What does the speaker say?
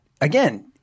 again